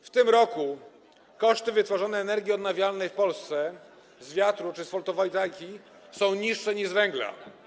W tym roku koszty wytworzonej energii odnawialnej w Polsce z wiatru czy z fotowoltaiki są niższe niż z węgla.